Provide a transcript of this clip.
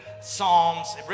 psalms